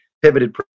Pivoted